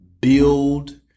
build